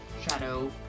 shadow